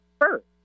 first